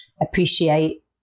appreciate